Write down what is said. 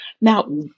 Now